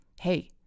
Hey